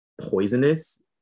poisonous